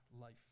life